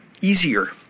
easier